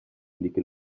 indique